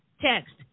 text